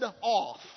off